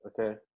okay